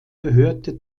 gehörte